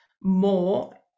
more